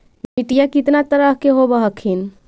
मिट्टीया कितना तरह के होब हखिन?